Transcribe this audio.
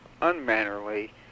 unmannerly